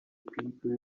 people